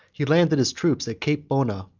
he landed his troops at cape bona,